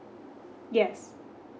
yes